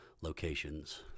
locations